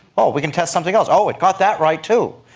oh, we can test something else, oh, it got that right too.